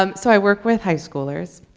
um so i work with high schoolers.